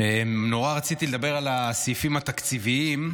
רציתי נורא לדבר על הסעיפים התקציביים,